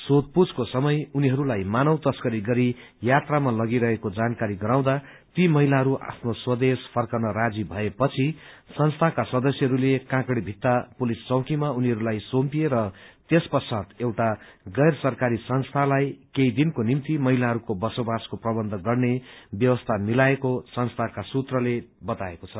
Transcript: सोधपूछको समय उनीहरूलाई मानव तश्करी गरी यात्रामा लगिरहेको जानकारी गराउँदा ती महिलाहरू आफ्नो स्वदेश फर्कन राजी भएपछि संस्थाका सदस्यहरूले काँकड़भित्ता पुलिस चौकीमा सुम्पिए र त्यस पश्चात एउटा गैर सरकारी संस्थालाई केही दिनको निम्ति महिलाहरूको बसोबासोको प्रबन्ध गर्ने व्यवस्था मिलाएको संस्थाका सूत्रले बताएको छ